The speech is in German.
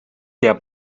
der